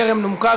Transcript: טרם נומקה,